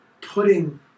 putting